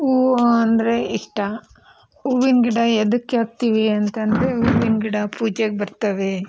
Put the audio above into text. ಹೂವು ಅಂದರೆ ಇಷ್ಟ ಹೂವಿನ ಗಿಡ ಎದಕ್ಕೆ ಹಾಕ್ತೀವಿ ಅಂತ ಅಂದರೆ ಹೂವಿನ ಗಿಡ ಪೂಜೆಗೆ ಬರ್ತವೆ